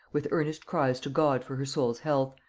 with earnest cries to god for her soul's health,